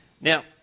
Now